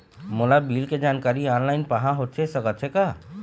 मोला बिल के जानकारी ऑनलाइन पाहां होथे सकत हे का?